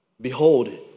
Behold